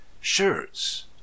Shirts